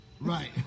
Right